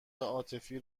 عاطفی